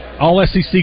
all-SEC